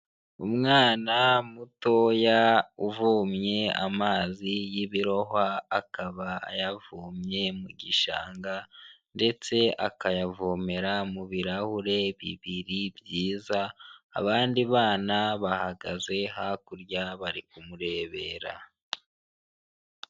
Umwana mutoya uvomye amazi y'ibirohwa, akaba ayavomye mu gishanga ndetse akayavomera mu birahure bibiri byiza, abandi bana bahagaze hakurya bari kumurebera.